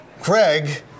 Craig